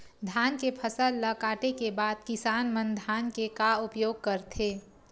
धान के फसल ला काटे के बाद किसान मन धान के का उपयोग करथे?